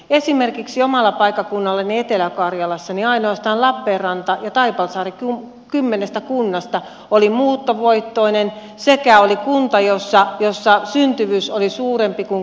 esimerkiksi omalla paikkakunnallani etelä karjalassa ainoastaan lappeenranta taipalsaari kello kymmenestä kunnasta oli muuttovoittoinen sekä unta jossa jossa syntyvyys oli suurempi kuin